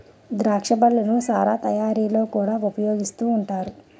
ద్రాక్ష పళ్ళను సారా తయారీలో కూడా ఉపయోగిస్తూ ఉంటారు